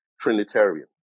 Trinitarian